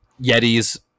Yetis